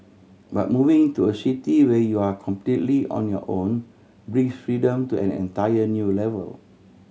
but moving to a city where you're completely on your own brings freedom to an entire new level